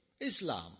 Islam